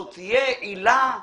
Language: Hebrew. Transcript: זאת תהיה עילה,